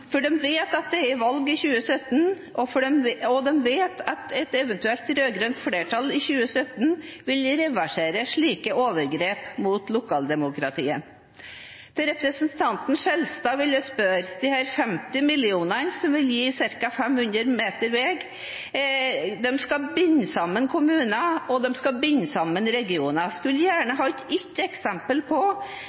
vet at det er valg i 2017, og de vet at et eventuelt rød-grønt flertall i 2017 vil reversere slike overgrep mot lokaldemokratiet. Representanten Skjelstad vil jeg spørre: Disse 50 mill. kr som vil gi ca. 500 meter veg, skal binde sammen kommuner, og de skal binde sammen regioner. Jeg skulle gjerne ha et eksempel på